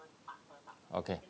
okay mm